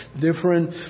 Different